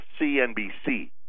CNBC